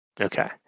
Okay